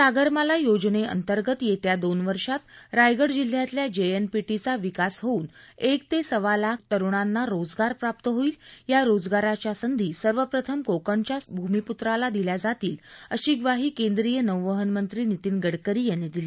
सागरमाला योजनेअंतर्गत येत्या दोन वर्षात रायगड जिल्ह्यातल्या जे एन पी टी चा विकास होऊन एक ते सवा लाख तरुणांना रोजगार प्राप्त होईल या रोजगाराच्याअ संधी सर्वप्रथम कोकणच्या भूमिपूत्राला दिल्या जातील अशी ग्वाही केंद्रीय नौवहन मंत्री नितीन गडकरी यांनी दिली